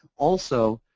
also,